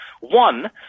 One